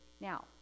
Now